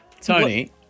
Tony